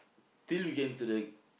till we get into the